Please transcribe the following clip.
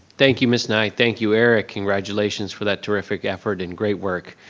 thank you miss nigh, thank you eric, congratulations for that terrific effort and great work.